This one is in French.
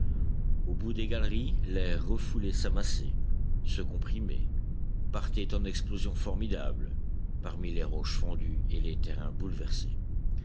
au bout des galeries l'air refoulé s'amassait se comprimait partait en explosions formidables parmi les roches fendues et les terrains bouleversés